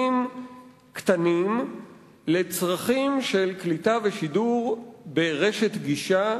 קטנים לצרכים של קליטה ושידור ברשת גישה.